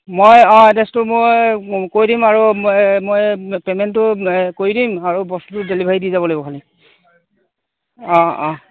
মই অঁ এড্ৰেছটো মই কৈ দিম আৰু এই মই পেমেণ্টটো কৰি দিম আৰু বস্তুটো ডেলিভাৰী দি যাব লাগিব খালি অঁ অঁ